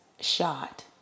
shot